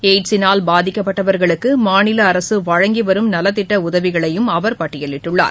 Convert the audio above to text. எய்ட்ஸினால் பாதிக்கப்பட்டவர்களுக்கு மாநில அரசு வழங்கி வரும் நலத்திட்ட உதவிகளையும் அவர் பட்டியலிட்டுள்ளார்